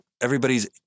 everybody's